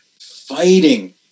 fighting